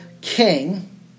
king